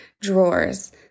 drawers